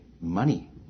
money